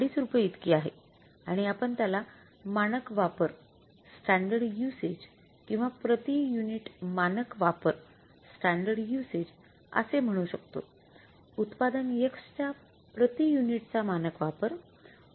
५ रुपये इतकी आहे आणि आपण त्याला मानक वापर उपलब्ध नाही